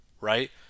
right